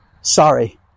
Sorry